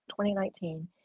2019